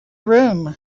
room